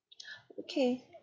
okay